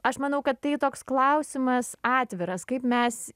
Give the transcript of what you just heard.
aš manau kad tai toks klausimas atviras kaip mes